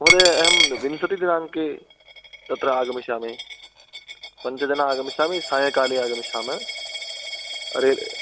महोदय अहं विंशतिदिनाङ्के तत्र आगमिष्यामि पञ्च जनाः आगमिष्यामि सायङ्काले आगमिष्यामः अरे